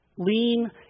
Lean